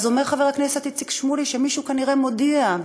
אז אומר חבר הכנסת איציק שמולי שמישהו כנראה מודיע,